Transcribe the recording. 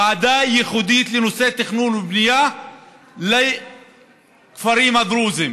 ועדה ייחודית לנושא תכנון ובנייה לכפרים הדרוזיים